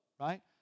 right